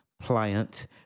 pliant